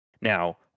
Now